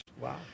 Wow